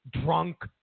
Drunk